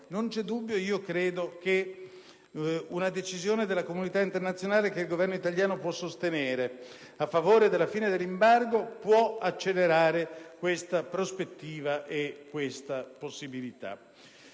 non c'è dubbio, credo che una decisione della comunità internazionale, che il Governo italiano può sostenere, a favore della fine dell'embargo possa accelerare questa prospettiva e questa possibilità.